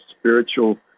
spiritual